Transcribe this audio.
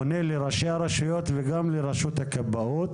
פונה לראשי הרשויות וגם לרשות הכבאות